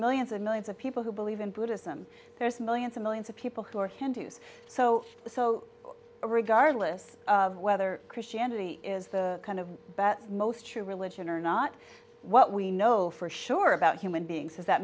millions and millions of people who believe in buddhism there's millions and millions of people who are hindus so so regardless of whether christianity is the kind of best most true religion or not what we know for sure about human beings is that